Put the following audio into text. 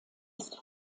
ist